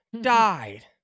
died